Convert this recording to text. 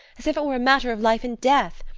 as if it were a matter of life and death!